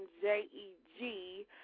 J-E-G